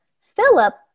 Philip